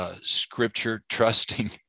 scripture-trusting